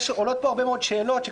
עולות פה הרבה מאוד שאלות בהקשר הזה,